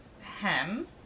hem